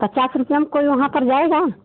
पचास रुपये में कोई वहाँ पर जाएगा